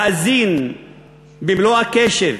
להאזין במלוא הקשב